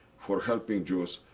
for helping jews.